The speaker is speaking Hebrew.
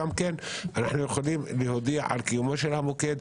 אנחנו יכולים להודיע על קיום המוקד,